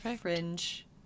fringe